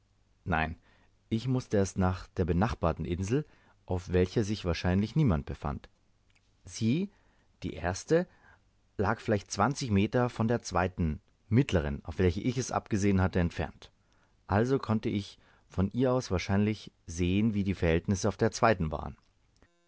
nein ich mußte erst nach der benachbarten insel auf welcher sich wahrscheinlich niemand befand sie die erste lag vielleicht zwanzig meter von der zweiten mittlern auf welche ich es abgesehen hatte entfernt also konnte ich von ihr aus wahrscheinlich sehen wie die verhältnisse auf der zweiten waren